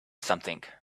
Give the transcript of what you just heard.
something